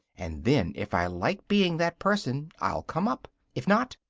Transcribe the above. and then, if i like being that person, i'll come up if not,